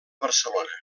barcelona